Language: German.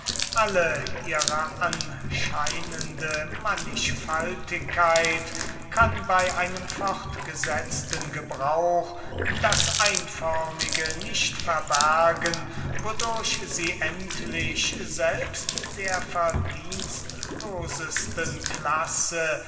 alle ihre anscheinende manchfaltigkeit kann bei einem fortgesetzten gebrauch das einförmige nicht verbergen wodurch sie endlich selbst der verdienstlosesten klasse